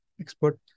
expert